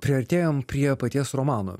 priartėjom prie paties romano